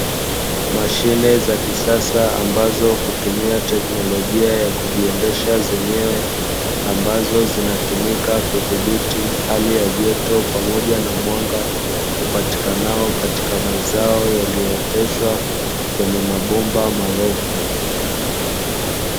Mashine za kisasa ambazo hutumia teknolojia ya kujiendesha zenyewe, ambazo zinatumika kudhibiti hali ya joto pamoja na mwanga upatikanao katika mazao yaliyooteshwa kwenye mabomba marefu.